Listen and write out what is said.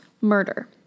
murder